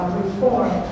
reform